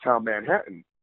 Manhattan